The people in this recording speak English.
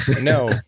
No